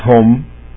home